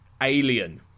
alien